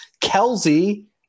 Kelsey